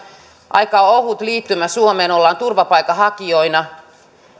aika ohut liittymä suomeen ollaan turvapaikanhakijoina niin